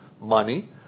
money